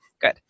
good